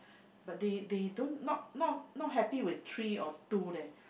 but they they don't not not not happy with three or two leh